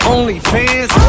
OnlyFans